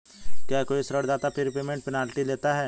क्या कोई ऋणदाता प्रीपेमेंट पेनल्टी लेता है?